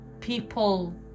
people